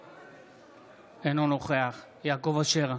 אינו נוכח יעקב אשר,